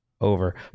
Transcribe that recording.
over